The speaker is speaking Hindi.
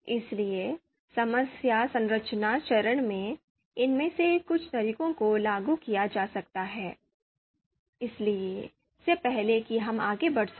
इसलिए समस्या संरचना चरण में इनमें से कुछ तरीकों को लागू किया जा सकता है इससे पहले कि हम आगे बढ़ सकें